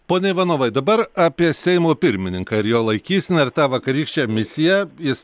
pone ivanovai dabar apie seimo pirmininką ir jo laikyseną ir tą vakarykščią misiją jis